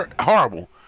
horrible